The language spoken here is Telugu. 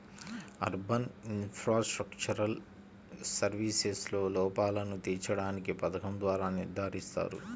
అర్బన్ ఇన్ఫ్రాస్ట్రక్చరల్ సర్వీసెస్లో లోపాలను తీర్చడానికి పథకం ద్వారా నిర్ధారిస్తారు